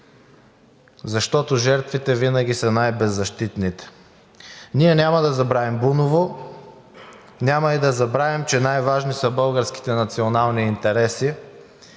защото жертвите винаги са най-беззащитните. Ние няма да забравим Буново, няма и да забравим, че най-важни са българските национални интереси.